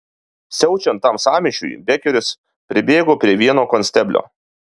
siaučiant tam sąmyšiui bekeris pribėgo prie vieno konsteblio